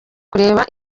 kureba